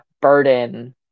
burden